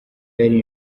yari